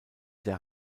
der